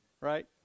right